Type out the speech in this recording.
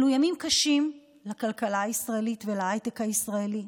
אלו ימים קשים לכלכלה הישראלית ולהייטק הישראלי.